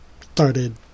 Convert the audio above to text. started